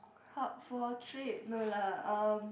hub for trade no lah um